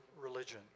religion